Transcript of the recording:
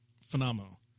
phenomenal